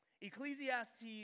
Ecclesiastes